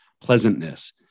pleasantness